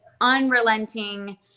unrelenting